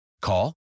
Call